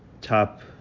top